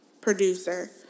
producer